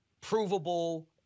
provable